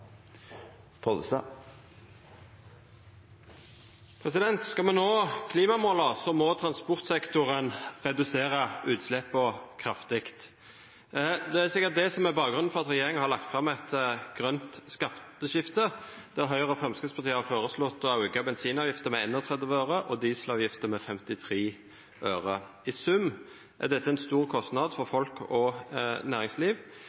er bakgrunnen for at regjeringa har lagt fram eit grønt skatteskifte der Høgre og Framstegspartiet har føreslått å auka bensinavgifta med 31 øre og dieselavgifta med 53 øre. I sum er dette ein stor kostnad for folk og næringsliv,